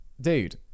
dude